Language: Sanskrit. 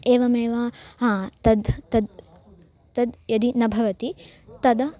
एवमेव हा तद् तद् तद् यदि न भवति तदा